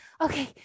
okay